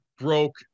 broke